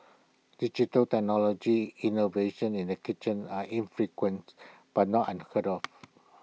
digital technology innovations in the kitchen are infrequent but not unheard of